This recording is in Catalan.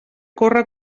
corre